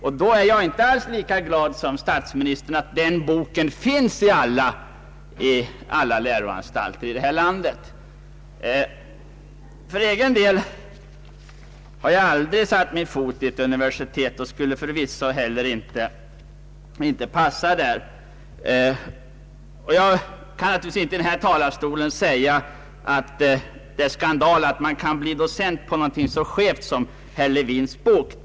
Och då är jag inte alls lika glad som statsministern över att den boken finns i så många läroanstalter i detta land. För egen del har jag aldrig satt min fot i ett universitet och skulle förvisso heller inte passa där. Jag kan naturligtvis inte från denna talarstol påstå, att det är skandal att man kan bli docent på något så skevt som herr Lewins bok.